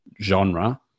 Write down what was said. genre